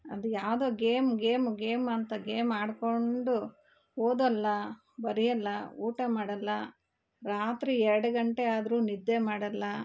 ಅದು ಯಾವುದೋ game game game ಅಂತ ಗೇಮ್ ಆಡಿಕೊಂಡು ಓದಲ್ಲ ಬರಿಯಲ್ಲ ಊಟ ಮಾಡಲ್ಲ ರಾತ್ರಿ ಎರಡು ಗಂಟೆಯಾದರು ನಿದ್ದೆ ಮಾಡಲ್ಲ